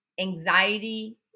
anxiety